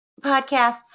podcasts